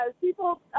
People